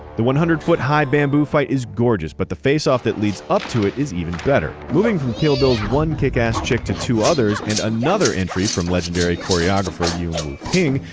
the one hundred foot high bamboo fight is gorgeous, but the face off that lead up to it, is even better. moving from kill bill's one kick ass chick to two others, and a another entry from legendary choreographer you know